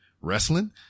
wrestling